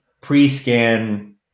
pre-scan